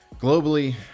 Globally